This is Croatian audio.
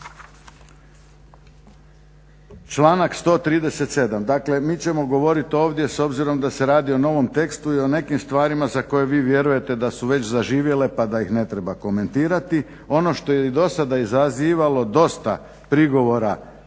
članak 137. Dakle mi ćemo govorit ovdje s obzirom da se radi o novom tekstu i o nekim stvarima za koje vi vjerujete da su već zaživjele pa da ih ne treba komentirati. Ono što je i do sada izazivalo dosta prigovora ovog puta